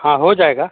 हाँ हो जाएगा